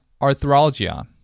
arthralgia